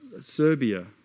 Serbia